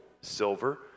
silver